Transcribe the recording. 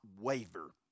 waver